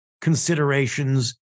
considerations